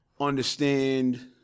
understand